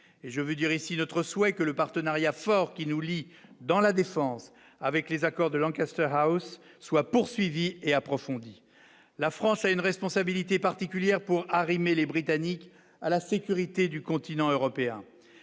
et je veux dire ici notre souhait que le partenariat fort qui nous lie dans la défense avec les accords de Lancaster House soit poursuivi et approfondi, la France a une responsabilité particulière pour arrimer les Britanniques à la sécurité du continent européen,